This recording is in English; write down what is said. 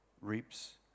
reaps